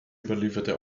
überlieferte